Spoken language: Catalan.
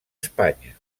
espanya